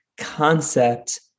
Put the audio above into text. concept